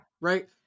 right